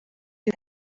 you